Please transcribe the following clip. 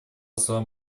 словам